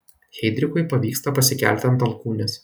heidrichui pavyksta pasikelti ant alkūnės